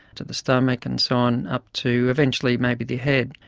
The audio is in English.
to the stomach and so on up to eventually maybe the head.